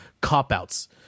cop-outs